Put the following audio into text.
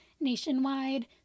nationwide